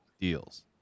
deals